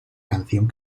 canción